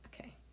okay